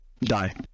die